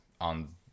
on